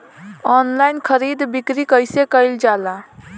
Online खरीद बिक्री कइसे कइल जाला?